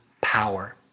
power